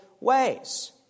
ways